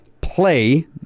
play